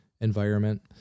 environment